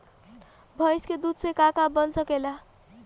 भइस के दूध से का का बन सकेला?